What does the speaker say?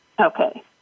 Okay